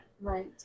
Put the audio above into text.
right